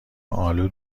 آلو